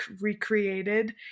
recreated